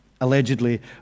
allegedly